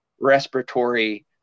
respiratory